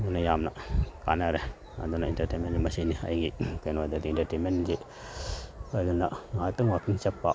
ꯑꯗꯨꯅ ꯌꯥꯝꯅ ꯀꯥꯟꯅꯔꯦ ꯑꯗꯨꯅ ꯏꯟꯇꯔꯇꯦꯟꯃꯦꯟ ꯃꯁꯤꯅꯤ ꯑꯩꯒꯤ ꯀꯩꯅꯣꯗꯗꯤ ꯏꯟꯇꯔꯇꯦꯟꯃꯦꯟꯁꯤ ꯑꯗꯨꯅ ꯉꯥꯏꯍꯥꯏꯇꯪ ꯋꯥꯛꯀꯤꯡ ꯆꯠꯄ